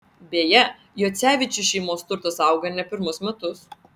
beje juocevičių šeimos turtas auga ne pirmus metus